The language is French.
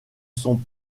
sont